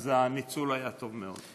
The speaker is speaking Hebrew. אז הניצול היה טוב מאוד.